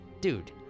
dude